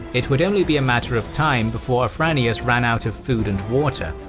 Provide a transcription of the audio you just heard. it would only be a matter of time before afranius ran out of food and water.